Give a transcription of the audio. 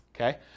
okay